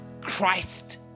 Christ